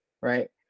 Right